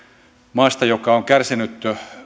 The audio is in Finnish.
maasta joka on kärsinyt